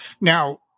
Now